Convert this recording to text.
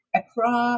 Accra